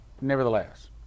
nevertheless